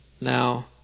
now